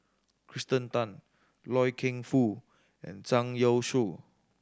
Kirsten Tan Loy Keng Foo and Zhang Youshuo